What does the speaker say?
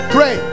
Pray